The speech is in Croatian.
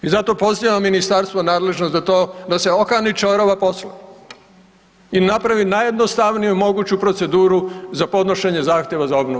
I zato pozivam ministarstvo nadležno za to da se okani ćorava posla i napravi najjednostavniju moguću proceduru za podnošenje zahtjeva za obnovu.